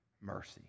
mercy